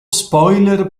spoiler